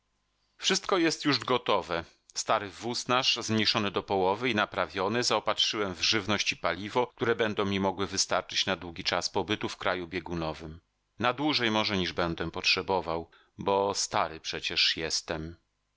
wszystko jest już gotowe stary wóz nasz zmniejszony do połowy i naprawiony zaopatrzyłem w żywność i paliwo które będą mi mogły wystarczyć na długi czas pobytu w kraju biegunowym na dłużej może niż będę potrzebował bo stary przecież jestem